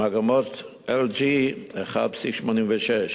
במגמות LG, 1.86 שעות,